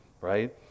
right